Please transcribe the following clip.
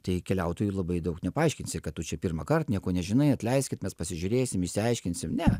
tai keliautojui labai daug nepaaiškinsi kad tu čia pirmąkart nieko nežinai atleiskit mes pasižiūrėsim išsiaiškinsim ne